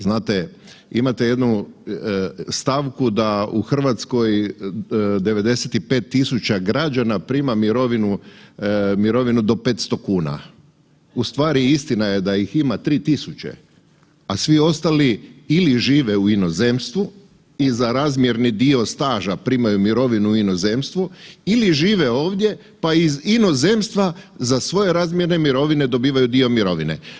Znate, imate jednu stavku da u Hrvatskoj 95.000 građana prima mirovinu do 500 kuna, ustvari istina je da ih ima 3.000, a svi ostali ili žive u inozemstvu i za razmjerni dio staža primaju mirovinu u inozemstvu ili žive ovdje pa iz inozemstva za svoje razmjerne mirovine dobivaju dio mirovine.